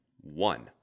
one